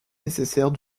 nécessaire